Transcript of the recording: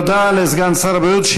תודה לסגן שר הבריאות.